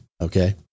okay